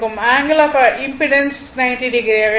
angle of impedance 90o ஆக இருக்கும்